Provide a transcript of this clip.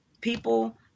people